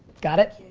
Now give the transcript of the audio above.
got it?